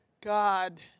God